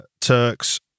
Turks